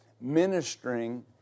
ministering